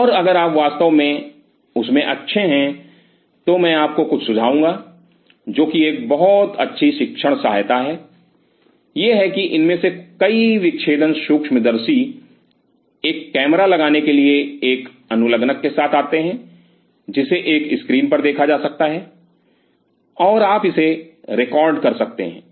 और अगर आप वास्तव में उस में अच्छे हैं तो मैं आपको कुछ सुझाऊंगा जो एक बहुत अच्छी शिक्षण सहायता है यह है कि इनमें से कई विच्छेदन सूक्ष्मदर्शी एक कैमरा लगाने के लिए एक अनुलग्नक के साथ आते हैं जिसे एक स्क्रीन पर देखा जा सकता है और आप इसे रिकॉर्ड कर सकते हैं